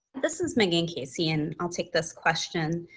this is megan casey, and i'll take this question.